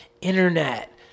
internet